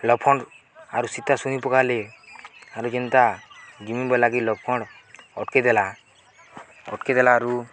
ଲକ୍ଷ୍ମଣ ଆରୁ ସୀତା ଶୁଣି ପକାଲେ ଆରୁ ଯେନ୍ତା ଜିମିବା ଲାଗି ଲକ୍ଷ୍ମଣ ଅଟକି ଦେଲା ଅଟକି ଦେଲାରୁ